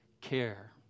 care